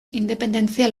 independentzia